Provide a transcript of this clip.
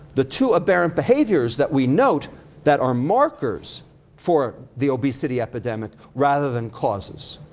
the two apparent behaviors that we note that are markers for the obesity epidemic, rather than causes.